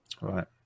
Right